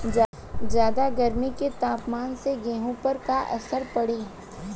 ज्यादा गर्मी के तापमान से गेहूँ पर का असर पड़ी?